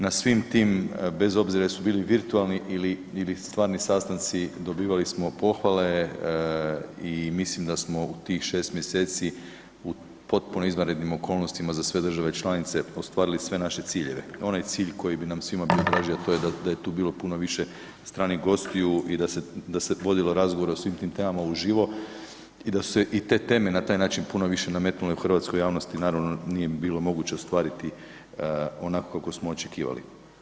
Na svim tim bez obzira jesu bili virtualni ili, ili stvarni sastanci, dobivali smo pohvale i mislim da smo u tih 6 mjeseci u potpuno izvanrednim okolnostima za sve države članice ostvarili sve naše ciljeve, onaj cilj koji bi nam svima bio draži, a to je da, da je tu bilo puno više stranih gostiju i da se, da se vodilo razgovor o svim tim temama u živo i da su se i te teme na taj način puno više nametnule u hrvatskoj javnosti, naravno nije bilo moguće ostvariti onako kako smo očekivali.